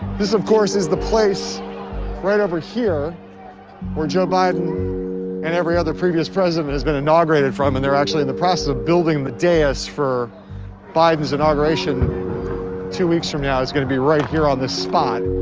this, of course, is the place right over here where joe biden and every other previous president has been inaugurated from and they're in the process of building the dais for biden's inauguration two weeks from now. it's going to be right here on the spot.